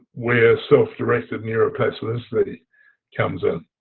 where self-directed neuroplasticity comes in,